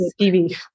TV